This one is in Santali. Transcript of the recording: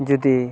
ᱡᱩᱫᱤ